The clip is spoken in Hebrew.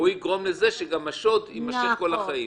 והוא יגרום לזה שגם השוד יימשך כל החיים.